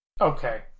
Okay